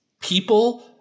people